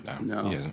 No